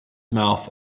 mouth